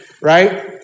Right